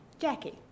Jackie